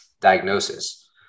diagnosis